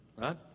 Right